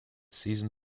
season